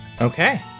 Okay